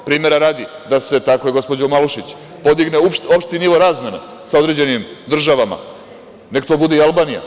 Primera radi, tako je, gospođo Malušić, podigne opšti nivo razmene sa određenim državama, nek to bude i Albanija.